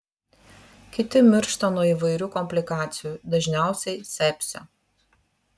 kiti miršta nuo įvairių komplikacijų dažniausiai sepsio